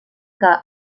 que